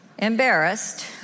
Embarrassed